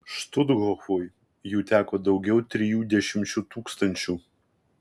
štuthofui jų teko daugiau trijų dešimčių tūkstančių